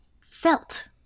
felt